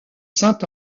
saint